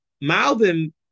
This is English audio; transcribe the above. Malvin